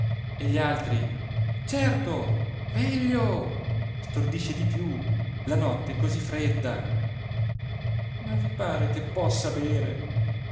e gli altri certo meglio stordisce di più la notte è così fredda ma vi pare che possa bere